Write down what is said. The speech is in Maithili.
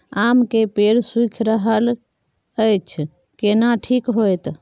आम के पेड़ सुइख रहल एछ केना ठीक होतय?